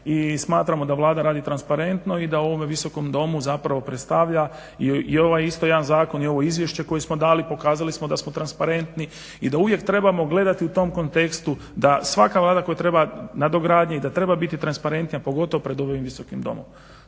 i smatramo da Vlada radi transparentno, i da u ovome Visokom domu zapravo predstavlja i ovo je isto jedan zakon i ovo izvješće koje smo dali pokazali smo da smo transparentni i da uvijek trebamo gledati u tom kontekstu da svaka Vlada koja treba nadogradnje, i da treba biti transparentnija pogotovo pred ovim Visokim domom,